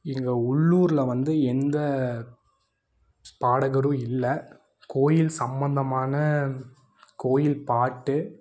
எங்கள் உள்ளூரில் வந்து எந்த பாடகரும் இல்லை கோயில் சம்பந்தமான கோயில் பாட்டு